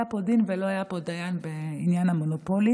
פה דין ולא היה פה דיין בעניין המונופולים